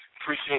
Appreciate